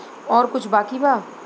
और कुछ बाकी बा?